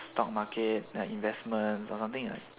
stock market then investments or something like